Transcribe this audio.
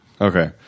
Okay